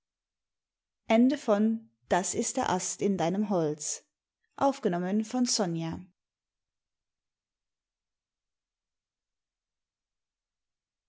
das ist der ast in deinem holz